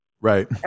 Right